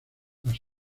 las